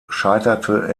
scheiterte